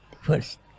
first